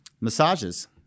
Massages